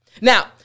Now